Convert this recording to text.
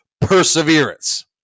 perseverance